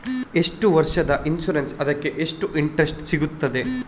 ಎಷ್ಟು ವರ್ಷದ ಇನ್ಸೂರೆನ್ಸ್ ಅದಕ್ಕೆ ಎಷ್ಟು ಇಂಟ್ರೆಸ್ಟ್ ಸಿಗುತ್ತದೆ?